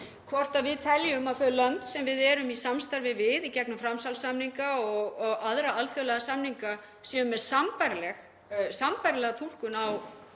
hvort við teljum að þau lönd sem við erum í samstarfi við í gegnum framsalssamninga og aðra alþjóðlega samninga séu með sambærilega túlkun á